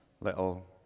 little